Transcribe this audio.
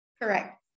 Correct